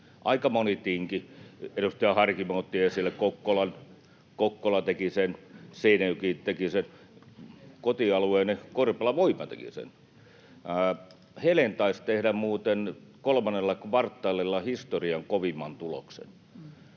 Aika moni tinki. Edustaja Harkimo otti esille Kokkolan. Kokkola teki sen, Seinäjoki teki sen, kotialueeni Korpelan Voima teki sen. Helen taisi tehdä muuten kolmannella kvartaalilla historian kovimman tuloksen,